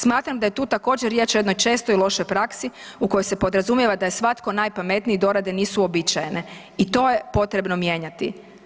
Smatram da je tu također riječ o jednoj čestoj lošoj praksi u kojoj se podrazumijeva da je svatko najpametniji dorade nisu uobičajene i to je potrebno mijenjati.